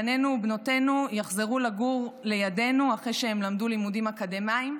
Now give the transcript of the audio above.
בנינו ובנותינו יחזרו לגור לידנו אחרי שהם למדו לימודים אקדמיים?